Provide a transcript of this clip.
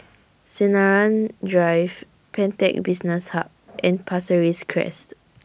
Sinaran Drive Pantech Business Hub and Pasir Ris Crest